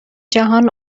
جهان